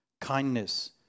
kindness